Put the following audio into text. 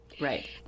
right